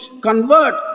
convert